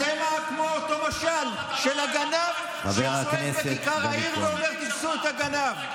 אתם כמו מאותו המשל של הגנב שצועד בכיכר העיר ואומר: תפסו את הגנב.